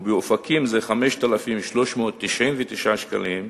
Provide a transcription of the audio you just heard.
ובאופקים זה 5,399 שקלים,